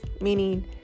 meaning